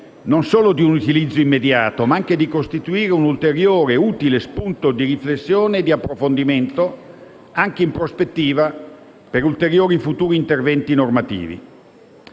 non solo di un utilizzo immediato, ma anche di costituire un ulteriore utile spunto di riflessione e di approfondimento anche in prospettiva per ulteriori futuri interventi normativi.